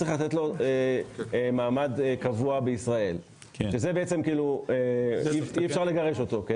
צריך לתת לו מעמד קבוע בישראל ואי אפשר לגרש אותו.